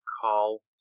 call